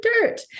dirt